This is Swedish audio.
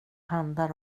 handlar